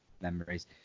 memories